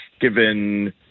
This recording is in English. given